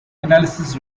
analysis